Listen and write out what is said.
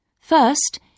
First